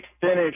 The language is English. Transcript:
finish